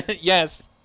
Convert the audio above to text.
Yes